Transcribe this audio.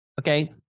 Okay